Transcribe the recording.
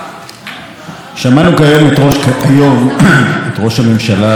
שמענו היום את ראש הממשלה בנאום שחצני,